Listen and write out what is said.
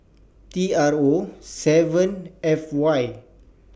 T R O seven F Y